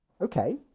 Okay